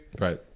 Right